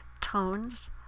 Tones